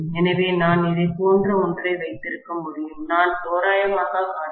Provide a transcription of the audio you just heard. எனவே நான் இதைப் போன்ற ஒன்றை வைத்திருக்க முடியும் நான் தோராயமாக காட்டுகிறேன்